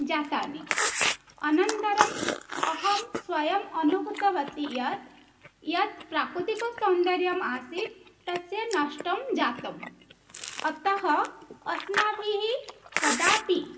जातानि अनन्तरम् अहं स्वयम् अनुभूतवती यत् यत् प्राकृतिकसौन्दर्यम् आसीत् तस्य नष्टं जातम् अतः अस्माभिः कदापि